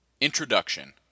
Introduction